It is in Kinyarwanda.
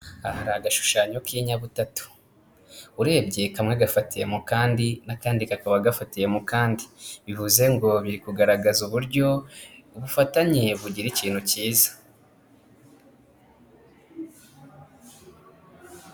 Aha hari agashushanyo k'inyabutatu urebye kamwe gafatiye mu kandi n'akandi kakaba gafatiye mu kandi, bivuze ngo biri kugaragaza uburyo ubufatanye bugira ikintu cyiza.